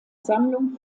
sammlung